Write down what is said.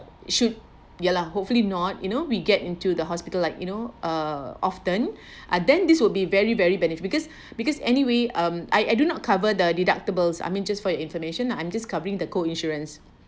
should ya lah hopefully not you know we get into the hospital like you know uh often ah then this will be very very benefit because because anyway mm I I do not cover the deductibles I mean just for your information lah I'm just covering the co insurance